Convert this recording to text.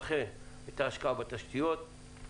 אכן הייתה השקעה בתשתיות.